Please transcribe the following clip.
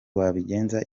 wabigenza